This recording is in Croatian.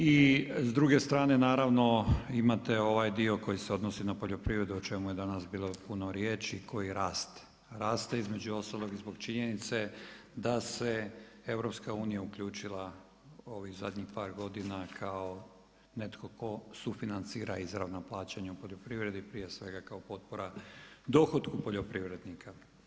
I s druge strane naravno imate ovaj dio koji se odnosi na poljoprivredu o čemu je danas bilo puno riječi koji rast raste, između ostalog i zbog činjenice da se EU uključila ovih zadnjih par godina kao netko tko sufinancira izravna plaćanja u poljoprivredi, prije svega kao potpora dohotku poljoprivrednika.